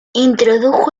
introdujo